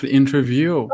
interview